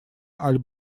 аль